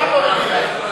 לא, גם במליאה מבחינתי.